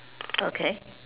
okay